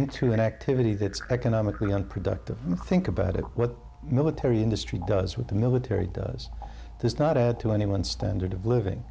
into an activity that economically unproductive think about it what military industry does with the military does this not add to any one standard of living